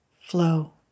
flow